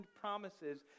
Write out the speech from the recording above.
promises